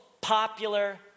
popular